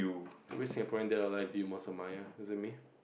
so which Singaporean dead or alive do you most admire is it me